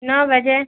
نو بجے